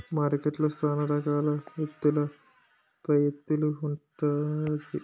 మార్కెట్లో సాన రకాల ఎత్తుల పైఎత్తులు ఉంటాది